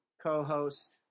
co-host